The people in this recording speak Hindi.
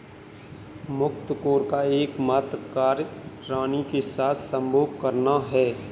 मुकत्कोर का एकमात्र कार्य रानी के साथ संभोग करना है